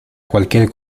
cualquier